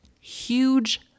huge